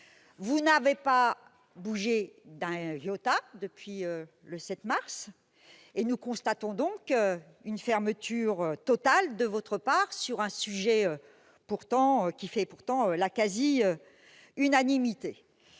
Vous n'avez pas bougé d'un iota. Vous non plus ! Nous constatons donc une fermeture totale de votre part sur un sujet qui fait pourtant l'objet d'une quasi-unanimité.